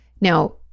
Now